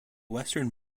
western